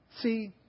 See